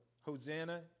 Hosanna